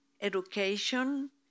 education